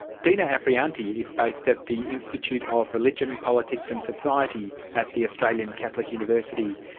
dina afrianty is based at the institute of religion, politics and society at the australian catholic university.